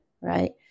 right